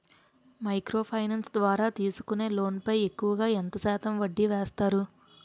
Micro finance ద్వారా తీసుకునే loan పై ఎక్కువుగా ఎంత శాతం వడ్డీ వేస్తారు?